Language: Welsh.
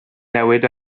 newid